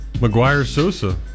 Maguire-Sosa